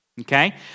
Okay